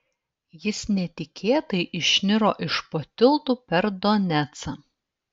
jis netikėtai išniro iš po tilto per donecą